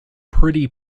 pretty